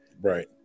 Right